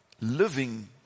living